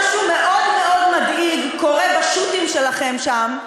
או שמשהו מאוד מאוד מדאיג קורה בשו"תים שלכם שם,